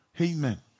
Amen